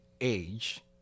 age